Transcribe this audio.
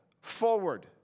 forward